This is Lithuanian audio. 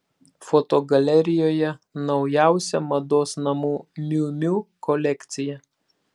fotogalerijoje naujausia mados namų miu miu kolekcija